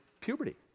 puberty